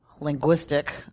linguistic